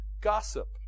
gossip